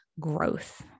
Growth